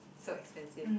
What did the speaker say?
so expensive